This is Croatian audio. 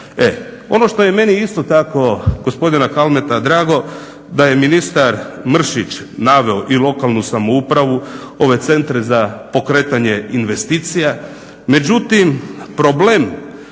Ono što je meni isto tako gospodine Kalmeta drago da je ministar Mrsić naveo i lokalnu samoupravu, ove centre za pokretanje investicija, međutim problem